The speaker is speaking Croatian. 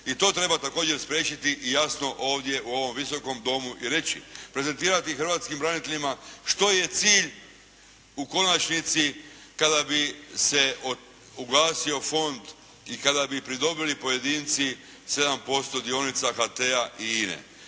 i to treba također spriječiti i jasno ovdje u ovom Visokom domu i reći. Prezentirati hrvatskim braniteljima što je cilj u konačnici kada bi se oglasio fond i kada bi pridobili pojedinci 7% dionica HT-a i Ine.